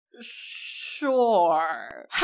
Sure